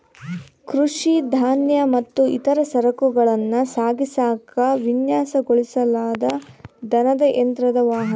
ಕೃಷಿ ಧಾನ್ಯ ಮತ್ತು ಇತರ ಸರಕುಗಳನ್ನ ಸಾಗಿಸಾಕ ವಿನ್ಯಾಸಗೊಳಿಸಲಾದ ದನದ ಯಂತ್ರದ ವಾಹನ